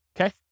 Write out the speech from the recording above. Okay